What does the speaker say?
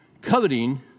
Coveting